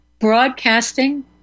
broadcasting